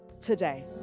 today